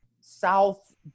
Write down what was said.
South